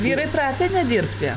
vyrai pratę nedirbti